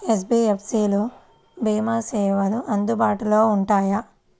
NBFC లలో భీమా సేవలు అందుబాటులో ఉంటాయా?